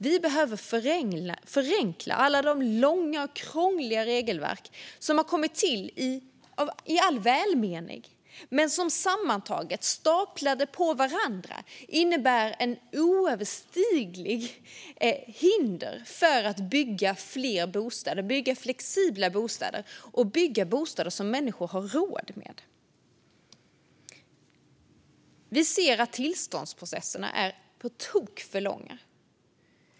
Vi behöver förenkla alla de många krångliga regelverk som har kommit till i all välmening men som sammantaget, staplade på varandra, innebär ett oöverstigligt hinder för att bygga fler bostäder och flexibla bostäder som människor har råd med. Vi ser att tillståndsprocesserna är på tok för långa.